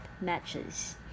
matches